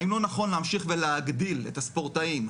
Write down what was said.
האם לא נכון להמשיך ולהגדיל את הספורטאים,